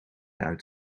uit